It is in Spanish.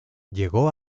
llegó